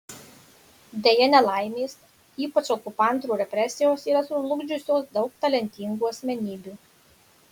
deja nelaimės ypač okupantų represijos yra sužlugdžiusios daug talentingų asmenybių